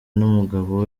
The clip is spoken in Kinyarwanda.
n’umugabo